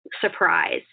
surprise